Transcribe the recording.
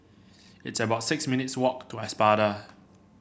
it's about six minutes walk to Espada